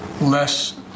less